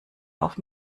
auf